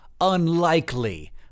unlikely